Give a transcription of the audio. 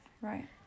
Right